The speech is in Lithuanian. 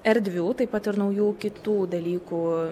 erdvių taip pat ir naujų kitų dalykų